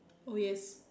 oh yes